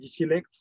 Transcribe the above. Deselect